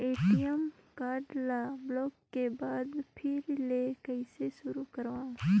ATM card ल block के बाद फिर ले कइसे शुरू करव?